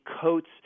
coats